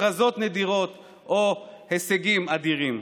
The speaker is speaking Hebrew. הכרזות נדירות או הישגים אדירים.